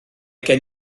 gen